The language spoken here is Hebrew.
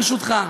ברשותך,